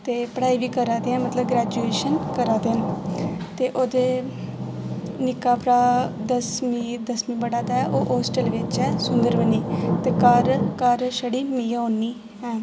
ते पढ़ाई बी करा दे ऐ न मतलब ग्रेजुएशन करा दे न ते ओह्दे निक्का भ्राऽ दसमीं दसमीं पढ़ा दा ऐ ओह् होस्टल बिच्च ऐ सुंदरबनी ते घर घर छड़ी मियें होन्नी आं